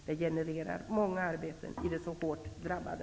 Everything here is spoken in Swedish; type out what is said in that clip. Det genererar många arbeten i det så hårt drabbade